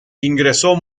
ingreso